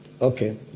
Okay